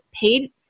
paid